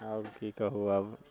आओर की कहू आब